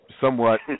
somewhat